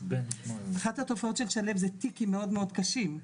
אחת התופעות של שליו זה תיקים מאוד קשים,